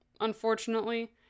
unfortunately